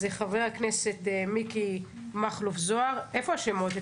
חברי הכנסת מיקי מכלוף זוהר איפה השמות?